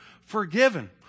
forgiven